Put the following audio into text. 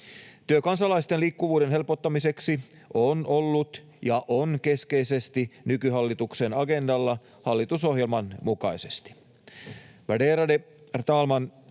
Työ kansalaisten liikkuvuuden helpottamiseksi on ollut ja on keskeisesti nykyhallituksen agendalla hallitusohjelman mukaisesti.